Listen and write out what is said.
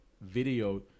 video